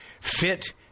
Fit